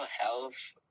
health